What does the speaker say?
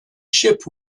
ship